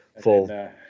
full